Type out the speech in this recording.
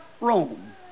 Rome